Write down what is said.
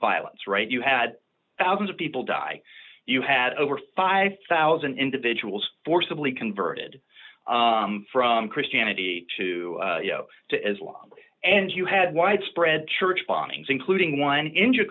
violence right you had thousands of people die you had over five thousand individuals forcibly converted from christianity to you know to islam and you had widespread church bombings including one in